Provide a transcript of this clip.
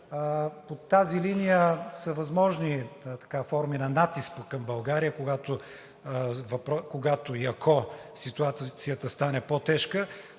По тази линия са възможни форми на натиск към България, когато и ако ситуацията стане по тежка.